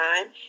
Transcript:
Time